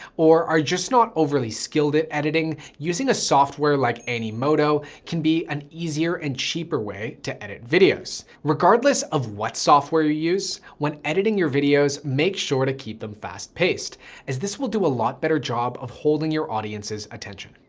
or are just not overly skilled at editing, using a software like animoto can be an easier and cheaper way to edit videos. regardless of what software you use, when editing your videos, make sure to keep them fast paced as this will do a lot better job of holding your audience's attention.